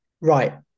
Right